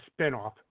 Spinoff